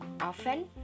often